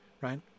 right